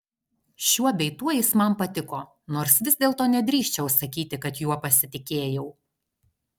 šiuo bei tuo jis man patiko nors vis dėlto nedrįsčiau sakyti kad juo pasitikėjau